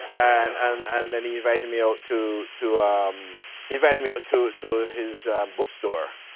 and and and then he invited me out to to um he invited me out to to his bookstore.